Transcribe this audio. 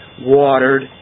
watered